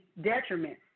detriment